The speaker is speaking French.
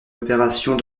opérations